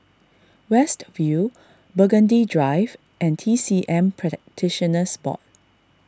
West View Burgundy Drive and T C M Practitioners Board